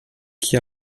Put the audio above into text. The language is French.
qui